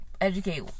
educate